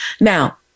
Now